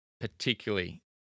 particularly